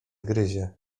gryzie